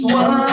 one